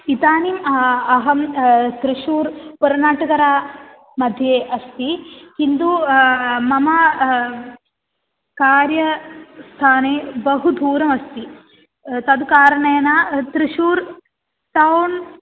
इदानीम् अहं त्रिशूर् पुर्नाटकरामध्ये अस्ति किन्तु मम कार्यस्थानं बहु दूरमस्ति तद् कारणेन त्रिशूर् टौन्